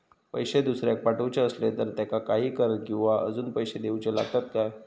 पैशे दुसऱ्याक पाठवूचे आसले तर त्याका काही कर किवा अजून पैशे देऊचे लागतत काय?